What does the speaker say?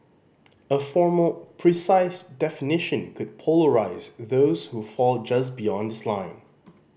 a formal precise definition could polarise those who fall just beyond this line